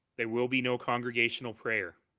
there will be no congregation of prayer.